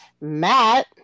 Matt